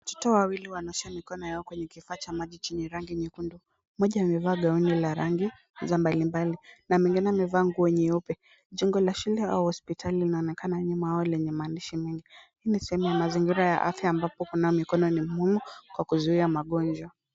Watoto wawili wanaosha mikono yao kwenye kifaa cha maji chenye rangi nyekundu. Mmoja amevaa gauni la rangi za mbalimbali na mwingine amevaa nguo nyeupe. Jengo la shule au hospitali linaonekana nyuma yao lenye maandishi mengi. Hii ni sehemu ya mazingira ya afya ambapo kunawa mikono ni muhimu kwa kuzuia magonjwa.